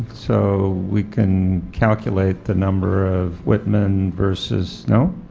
so we can calculate the number of whitman versus. no?